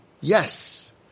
Yes